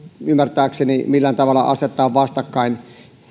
ymmärtääkseni millään tavalla asettaa vastakkain